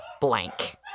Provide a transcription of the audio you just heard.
blank